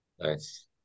Nice